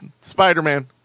Spider-Man